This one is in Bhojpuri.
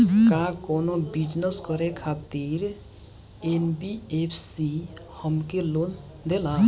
का कौनो बिजनस करे खातिर एन.बी.एफ.सी हमके लोन देला?